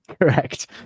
Correct